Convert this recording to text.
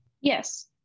Yes